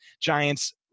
Giants